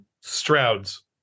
Stroud's